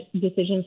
decisions